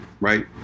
right